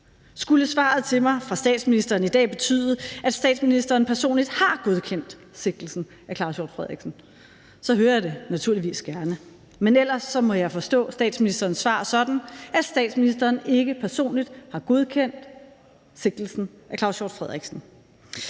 skulle svaret til mig fra statsministeren i dag betyde, at statsministeren personligt har godkendt sigtelsen af Claus Hjort Frederiksen, hører jeg det naturligvis gerne. Men ellers må jeg forstå statsministerens svar sådan, at statsministeren ikke personligt har godkendt sigtelsen af Claus Hjort Frederiksen.